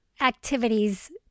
activities